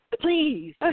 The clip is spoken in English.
please